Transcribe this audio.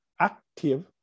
active